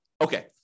Okay